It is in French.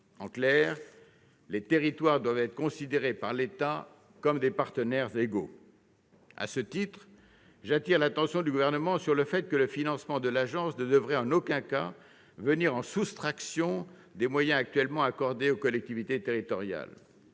En clair, les territoires doivent être considérés par l'État comme des partenaires égaux. À ce titre, j'attire l'attention du Gouvernement sur le fait que le financement de l'agence ne devrait en aucun cas venir en soustraction des moyens actuellement accordés aux collectivités territoriales.